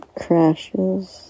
crashes